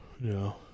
No